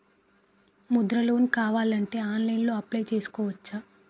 Mudra loan కావాలి అంటే ఆన్లైన్లో అప్లయ్ చేసుకోవచ్చా?